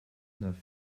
neuf